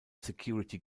security